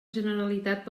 generalitat